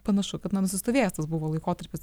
panašu kad na nusistovėjęs tas buvo laikotarpis